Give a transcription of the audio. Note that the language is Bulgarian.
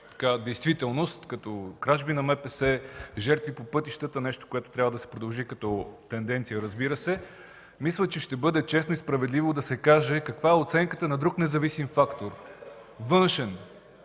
за действителност като кражби на МПС, жертви по пътищата – нещо, което трябва да се продължи като тенденция, мисля, че ще е справедливо да се каже каква е оценката на друг независим външен